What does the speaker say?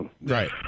Right